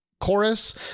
chorus